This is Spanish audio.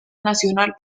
nacional